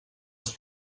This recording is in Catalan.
els